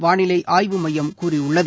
வானிலை ஆய்வு மையம் கூறியுள்ளது